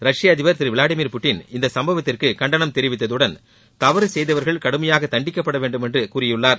ரஷ்ப அதிபர் திரு Vladimir Putin இந்த சம்பவத்திற்கு கண்டனம் தெரிவித்ததுடன் தவறு செய்தவர்கள் கடுமையாக தண்டிக்கப்பட வேண்டும் என்று கூறியுள்ளார்